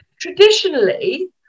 Traditionally